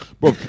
Bro